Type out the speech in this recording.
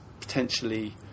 potentially